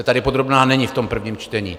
Tady podrobná není v tom prvním čtení.